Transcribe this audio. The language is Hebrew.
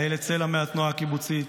לאיילת סלע מהתנועה הקיבוצית,